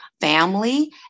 family